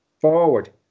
forward